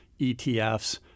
ETFs